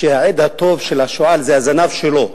שהעד הטוב של השועל זה הזנב שלו.